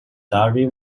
diary